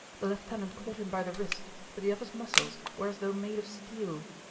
the lieutenant caught him by the wrist, but the other's muscles were as though made of steel.